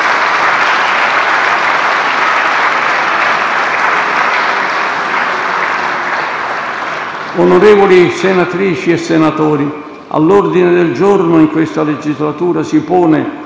Onorevoli senatrici e senatori, all'ordine del giorno in questa legislatura si pone,